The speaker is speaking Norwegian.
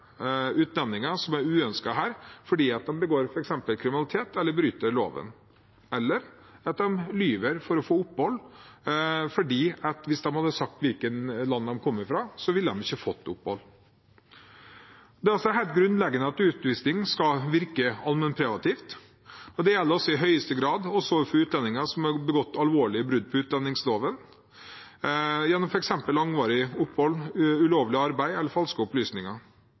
utlendinger som er uønsket her, fordi de f.eks. begår kriminalitet eller bryter loven eller lyver for å få opphold fordi hvis de hadde sagt hvilket land de kom fra, ville de ikke fått opphold. Det er altså helt grunnleggende at utvisning skal virke allmennpreventivt, og det gjelder i høyeste grad også overfor utlendinger som har begått alvorlige brudd på utlendingsloven, gjennom f.eks. langvarig opphold, ulovlig arbeid eller falske opplysninger.